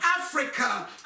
Africa